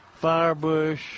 firebush